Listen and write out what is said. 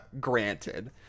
Granted